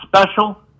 special